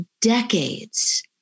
decades